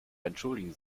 entschuldigen